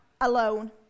alone